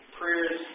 prayers